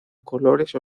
colores